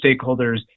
stakeholders